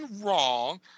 wrong